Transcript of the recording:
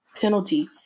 penalty